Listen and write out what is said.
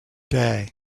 day